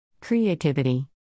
Creativity